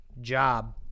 job